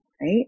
right